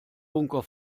bunker